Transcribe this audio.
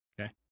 Okay